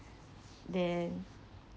then